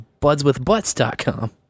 budswithbutts.com